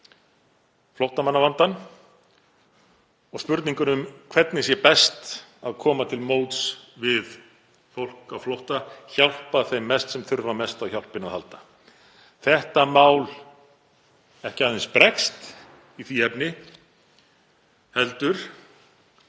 flóttamannavandann, og spurninguna um hvernig sé best að koma til móts við fólk á flótta, hjálpa þeim mest sem þurfa mest á hjálpinni að halda. Þetta mál bregst ekki aðeins í því efni heldur